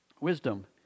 Wisdom